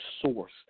source